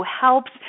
helps